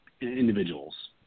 individuals